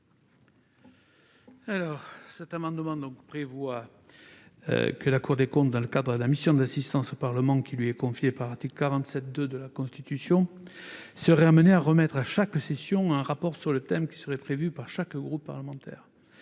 ? Cet amendement a pour objet que la Cour des comptes, dans le cadre de la mission d'assistance au Parlement qui lui est confiée par l'article 47-2 de la Constitution, soit amenée à remettre chaque session un rapport sur un thème prévu par chaque groupe parlementaire.